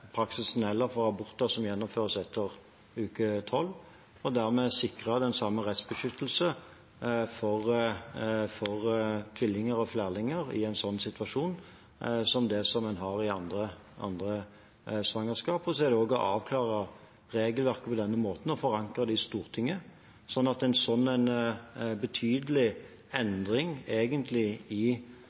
praksisen ellers for aborter som gjennomføres etter uke 12, og dermed sikre den samme rettsbeskyttelse for tvillinger og flerlinger i en sånn situasjon som det en har i andre svangerskap. Det er også å avklare regelverket på denne måten og forankre det i Stortinget, sånn at en så betydelig endring, egentlig, i